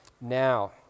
now